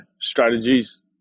strategies